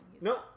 No